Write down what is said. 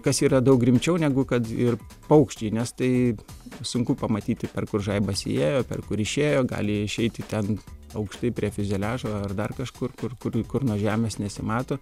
kas yra daug rimčiau negu kad ir paukščiai nes tai sunku pamatyti per kur žaibas įėjo per kur išėjo gali išeiti ten aukštai prie fiuzeliažo ar dar kažkur kur kur kur nuo žemės nesimato